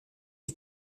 est